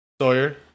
Sawyer